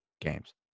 games